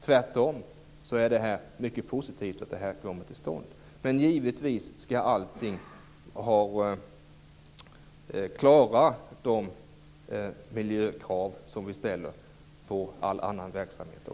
Tvärtom är det mycket positivt om den kommer till stånd. Men givetvis skall allting klara de miljökrav som vi också ställer på all annan verksamhet.